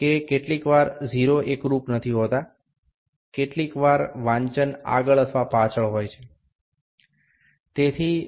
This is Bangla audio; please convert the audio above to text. কখনও কখনও ০ এর সাথে মিল হয় না কখনও কখনও একটি পাঠ এগিয়ে বা পিছয়ে থাকে